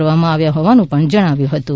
કરવામાં આવ્યા હોવાનું જણાવ્યું હતું